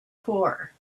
poor